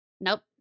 nope